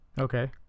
okay